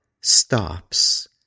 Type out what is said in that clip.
stops